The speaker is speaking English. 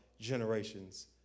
generations